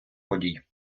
подій